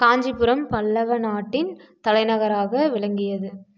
காஞ்சிபுரம் பல்லவ நாட்டின் தலைநகராக விளங்கியது